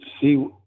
see